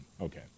Okay